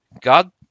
God